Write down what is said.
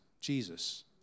Jesus